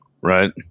Right